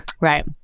right